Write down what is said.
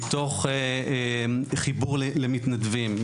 מתוך חיבור למתנדבים,